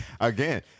Again